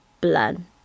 plan